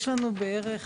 יש לנו בערך